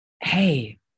hey